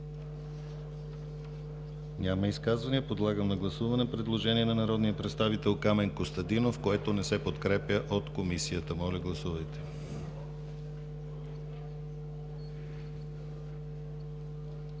Няма изказвания. Подлагам на гласуване предложение на народния представител Камен Костадинов, което не се подкрепя от Комисията. Моля, гласувайте.